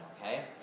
okay